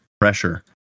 pressure